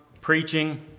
preaching